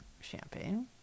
champagne